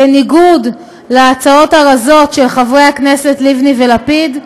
בניגוד להצעות הרזות של חברי הכנסת לבני ולפיד,